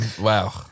wow